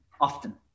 often